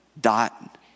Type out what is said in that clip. dot